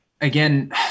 again